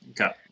Okay